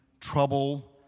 trouble